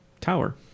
tower